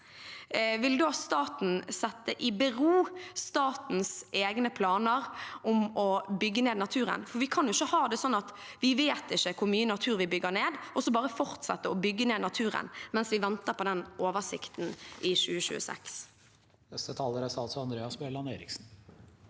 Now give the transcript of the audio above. da staten stille i bero statens egne planer om å bygge ned natur? Vi kan ikke ha det sånn at vi ikke vet hvor mye natur vi bygger ned – og så bare fortsette å bygge ned naturen mens vi venter på oversikten i 2026.